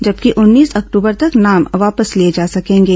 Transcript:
जबकि उन्नीस अक्टूबर तक नाम वापस लिए जा सकेंगे